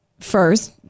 first